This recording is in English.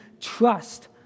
trust